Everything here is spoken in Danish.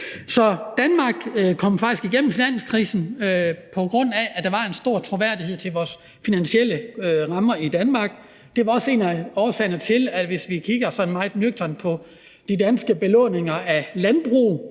Så Danmark kom faktisk igennem finanskrisen, på grund af at der var en stor troværdighed omkring vores finansielle rammer i Danmark. Og hvis vi kigger sådan meget nøgternt på de danske belåninger af landbrug,